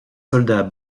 soldats